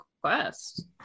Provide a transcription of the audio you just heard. quest